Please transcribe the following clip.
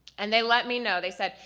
and they let me know, they said,